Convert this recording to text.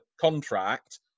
contract